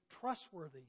trustworthy